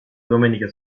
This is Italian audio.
domenica